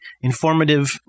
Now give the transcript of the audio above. informative